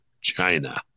China